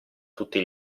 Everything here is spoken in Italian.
tutti